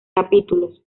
capítulos